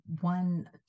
one